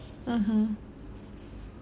mmhmm